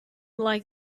like